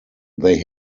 they